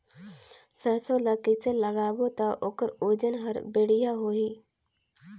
सरसो ला कइसे लगाबो ता ओकर ओजन हर बेडिया होही?